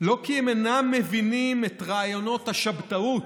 לא כי הם אינם מבינים את רעיונות השבתאות,